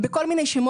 תגיד שזה במירכאות.